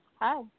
Hi